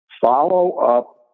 Follow-up